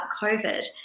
COVID